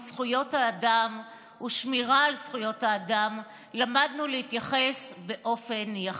זכויות האדם ושמירה על זכויות האדם למדנו להתייחס באופן יחסי.